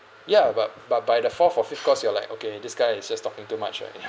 ya but but by the fourth or fifth course you'll like okay this guy is just talking too much already